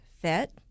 fit